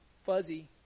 fuzzy